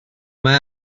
mae